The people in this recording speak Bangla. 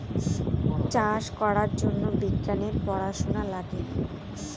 চাষ করার জন্য বিজ্ঞানের পড়াশোনা লাগে